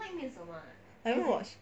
I never watch